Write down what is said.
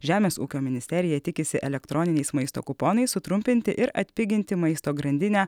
žemės ūkio ministerija tikisi elektroniniais maisto kuponais sutrumpinti ir atpiginti maisto grandinę